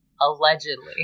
Allegedly